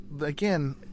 Again